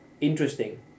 interesting